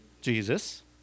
Jesus